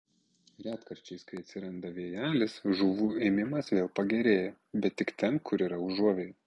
retkarčiais kai atsiranda vėjelis žuvų ėmimas vėl pagerėja bet tik ten kur yra užuovėja